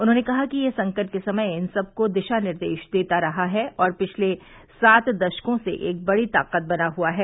उन्होंने कहा कि यह संकट के समय इन सबको दिशा निर्देश देता रहा है और पिछले सात दशकों से एक बड़ी ताकत बना हुआ है